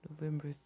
November